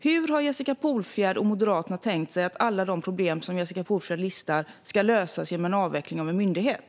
Hur har Jessica Polfjärd och Moderaterna tänkt sig att alla de problem som Jessica Polfjärd listar ska lösas genom avveckling av en myndighet?